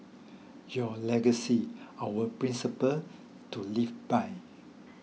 your legacy our principles to live by